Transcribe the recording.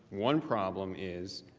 one problem is,